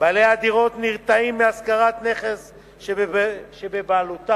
בעלי דירות נרתעים מהשכרת נכס שבבעלותם